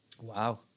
Wow